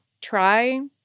try